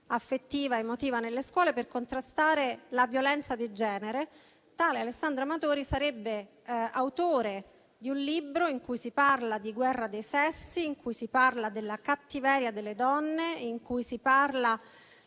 affettiva ed emotiva nelle scuole per contrastare la violenza di genere. Tale Alessandro Amadori sarebbe autore di un libro in cui si parla di guerra dei sessi, della cattiveria delle donne e della